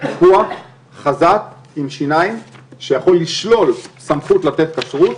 פיקוח חזק עם שיניים שיכול לשלול סמכות לתת כשרות